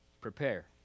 prepare